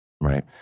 right